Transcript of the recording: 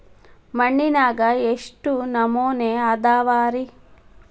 ಮಣ್ಣಿನಾಗ ಎಷ್ಟು ನಮೂನೆ ಅದಾವ ರಿ?